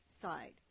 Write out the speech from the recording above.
side